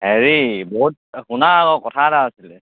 হেৰি বহুত শুনা আকৌ কথা এটা আছিলে